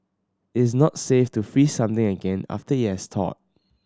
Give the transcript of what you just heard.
is not safe to freeze something again after it has thawed